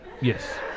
Yes